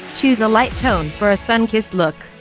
choose a light tone for a sunkissed look.